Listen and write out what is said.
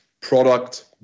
product